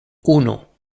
uno